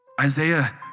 Isaiah